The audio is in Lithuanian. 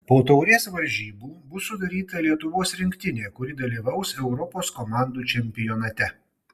po taurės varžybų bus sudaryta lietuvos rinktinė kuri dalyvaus europos komandų čempionate